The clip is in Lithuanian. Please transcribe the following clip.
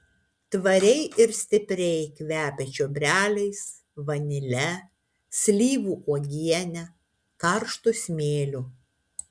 tvariai ir stipriai kvepia čiobreliais vanile slyvų uogiene karštu smėliu